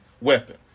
weapon